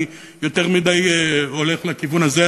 אני יותר מדי הולך לכיוון הזה,